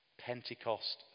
Pentecost